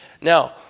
Now